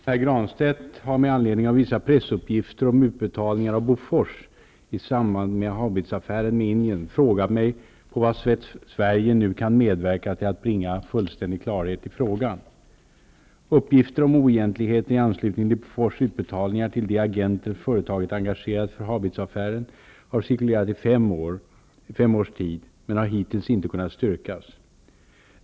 Herr talman! Pär Granstedt har med anledning av vissa pressuppgifter om utbetalningar av Bofors i samband med haubitsaffären med Indien frågat mig på vad sätt Sverige nu kan medverka till att bringa fullständig klarhet i frågan. Uppgifter om oegentligheter i anslutning till Bofors utbetalningar till de agenter företaget engagerat för haubitsaffären har cirkulerat i fem års tid men har hittills inte kunnat styrkas.